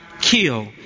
kill